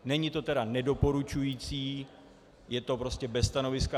Není to tedy nedoporučující, je to bez stanoviska.